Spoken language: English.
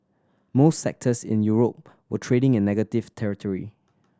most sectors in Europe were trading in negative territory